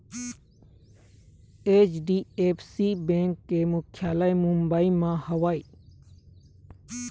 HDFC bank के मुख्यालय मुंबई म हवय